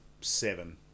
seven